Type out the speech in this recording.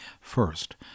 First